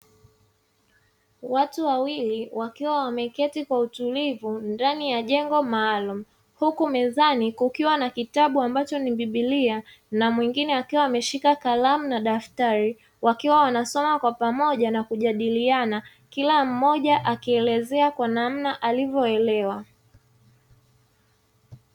Watu wawili wakiwa wameketi kwa utulivu ndani ya jengo maalumu, huku mezani kukiwa na kitabu ambacho ni bibilia na mwingine akiwa ameshika kalamu na daftari, wakiwa wanasoma kwa pamoja na kujadiliana kila mmoja akielezea kwa namna alivyoelewa.